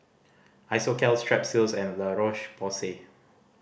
Isocal Strepsils and La Roche Porsay